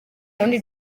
burundi